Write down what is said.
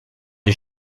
les